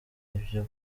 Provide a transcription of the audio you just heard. ibyo